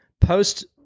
post